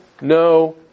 no